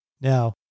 Now